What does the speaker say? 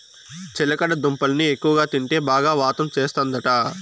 చిలకడ దుంపల్ని ఎక్కువగా తింటే బాగా వాతం చేస్తందట